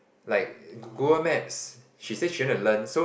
like Google Maps she said she want to learn so